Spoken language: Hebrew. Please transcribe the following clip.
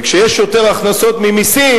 וכשיש יותר הכנסות ממסים,